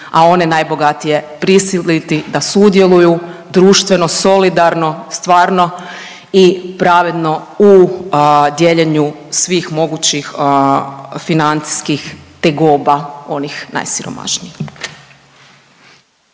a one najbogatije prisiliti da sudjeluju društveno, solidarno stvarno i pravedno u dijeljenju svih mogućih financijskih tegoba onih najsiromašnijih.